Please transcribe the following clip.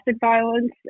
violence